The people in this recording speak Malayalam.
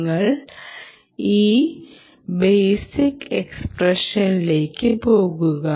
നിങ്ങൾ ഈ ബെയ്സിക് എക്സ്പ്രഷനിലേക്ക് പോകുക